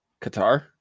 Qatar